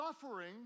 suffering